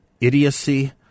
idiocy